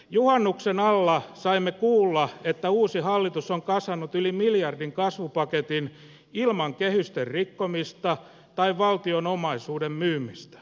juhannuksen alla saimme kuulla että uusi hallitus on kasannut yli miljardin kasvupaketin ilman kehysten rikkomista tai valtion omaisuuden myymistä